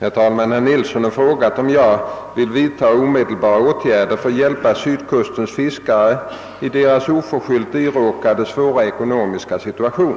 Herr talman! Herr Nilsson i Bästekille har frågat om jag vill vidta omedelbara åtgärder för att hjälpa sydkustens fiskare i deras — oförskyllt iråkade — svåra ekonomiska situation.